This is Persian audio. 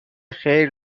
خیر